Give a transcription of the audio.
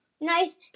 nice